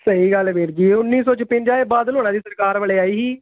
ਸਹੀ ਗੱਲ ਹੈ ਵੀਰ ਜੀ ਉੱਨੀ ਸੌ ਛਪੰਜਾ ਇਹ ਬਾਦਲ ਹੋਣਾ ਜੀ ਸਰਕਾਰ ਵੇਲੇ ਆਈ ਸੀ